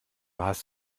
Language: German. hast